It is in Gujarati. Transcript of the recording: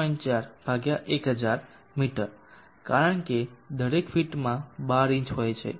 4 1000 મીટર કારણ કે દરેક ફીટ માં 12 ઇંચ હોય છે